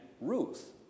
Ruth